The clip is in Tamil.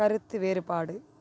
கருத்து வேறுபாடு